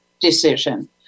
decision